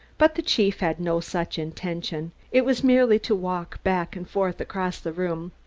but the chief had no such intention it was merely to walk back and forth across the room.